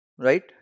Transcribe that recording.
right